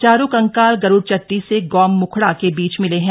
चारों कंकाल गरूड़ चट्टी र्स गौ मुखड़ा के बीच मिले हैं